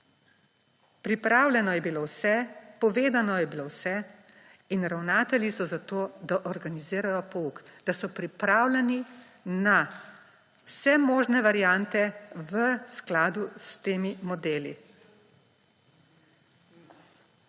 Pripravljeno je bilo vse, povedano je bilo vse in ravnatelji so za to, da organizirajo pouk, da so pripravljeni na vse možne variante v skladu s temi modeli.